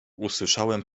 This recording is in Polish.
usłyszałem